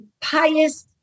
pious